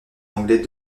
anglais